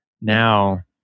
now